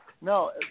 no